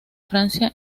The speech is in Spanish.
francia